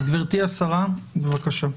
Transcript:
גברתי השרה, בבקשה.